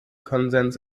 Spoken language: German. konsens